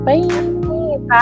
Bye